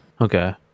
okay